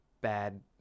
bad